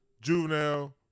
Juvenile